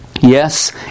Yes